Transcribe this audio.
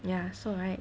ya so right